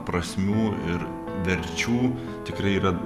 prasmių ir verčių tikrai yra